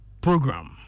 program